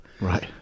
Right